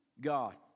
God